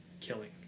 killing